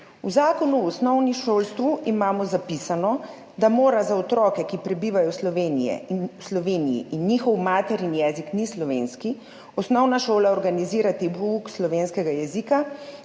V Zakonu o osnovnem šolstvu imamo zapisano, da mora za otroke, ki prebivajo v Sloveniji in njihov materin jezik ni slovenski, osnovna šola organizirati pouk slovenskega jezika